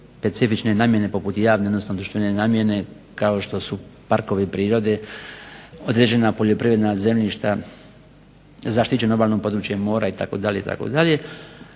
specifične namjene poput javne odnosno društvene namjene, kao što su parkovi prirode, određena poljoprivredna zemljišta, zaštićeno obalno područje mora itd., itd.